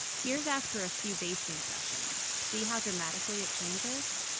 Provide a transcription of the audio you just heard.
here's after a few basting sessions see how dramatically it changes?